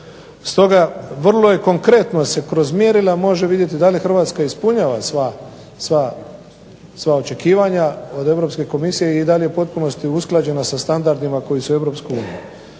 Stoga, vrlo konkretno se kroz mjerila može vidjeti da li Hrvatska ispunjava sva očekivanja od europske komisije i da li je u potpunosti usklađena sa standardima koji su u Europskoj uniji.